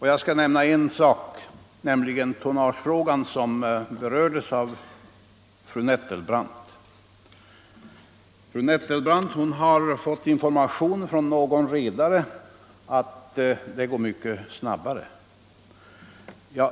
Jag skall nämna tonnagefrågan, som berördes av fru Nettelbrandt. Fru Nettelbrandt hade fått information av någon redare att det går mycket snabbare att skaffa fram tonnage.